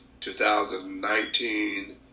2019